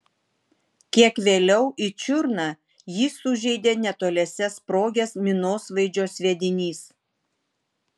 kiek vėliau į čiurną jį sužeidė netoliese sprogęs minosvaidžio sviedinys